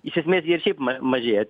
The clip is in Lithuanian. iš esmės jie šiaip ma mažėja